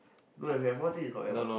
look if you have more thing you have more thing